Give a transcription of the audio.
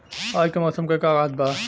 आज क मौसम का कहत बा?